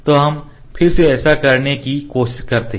तो हम फिर से ऐसा करने की कोशिश करते हैं